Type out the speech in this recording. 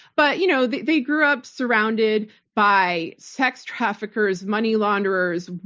but you know they they grew up surrounded by sex traffickers, money launderers,